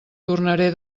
tornaré